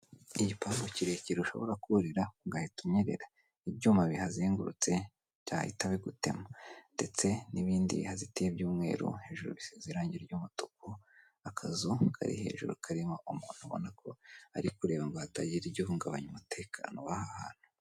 Igipangu kirekire ushobora kurira ugahita unyerera. Ibyuma bihazengurutse byahita bigutema. Ndetse, n'ibindi hazitiye byumweru hejuru bisize irangi ry'umutuku, akazu kari hejuru karimo umuntu abona ko ari kureba ngo hatagira igihungabanya umutekano w'aha hantu.